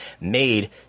made